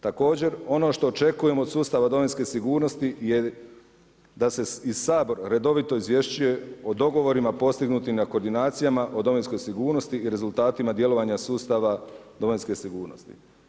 Također, ono što očekujem od sustava domovinske sigurnosti je da se i Sabor redovito izvješćuje o dogovorima postignutim na Koordinacijama o domovinskoj sigurnosti i rezultatima djelovanja sustava domovinske sigurnosti.